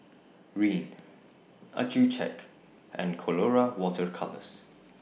Rene Accucheck and Colora Water Colours